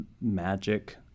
magic